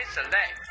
Select